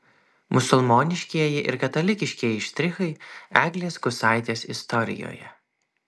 musulmoniškieji ir katalikiškieji štrichai eglės kusaitės istorijoje